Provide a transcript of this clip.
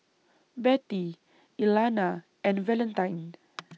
Bettye Elana and Valentine